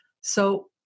So-